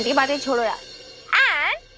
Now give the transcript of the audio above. my teacher if i